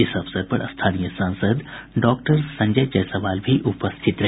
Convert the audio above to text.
इस अवसर पर स्थानीय सांसद डॉक्टर संजय जायसवाल भी उपस्थित रहे